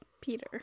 Peter